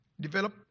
Develop